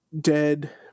dead